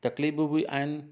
तकलीफ़ू बि आहिनि